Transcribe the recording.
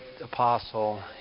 apostle